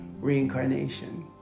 Reincarnation